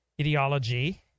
ideology